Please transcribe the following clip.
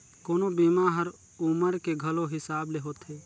कोनो बीमा हर उमर के घलो हिसाब ले होथे